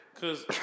cause